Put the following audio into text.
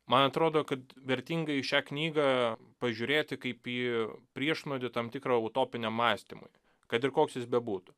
man atrodo kad vertinga į šią knygą pažiūrėti kaip į priešnuodį tam tikrą utopiniam mąstymui kad ir koks jis bebūtų